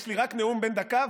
יש לי רק נאום בן דקה,